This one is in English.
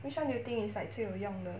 which one do you think it's like 最有用